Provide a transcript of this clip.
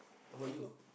how about you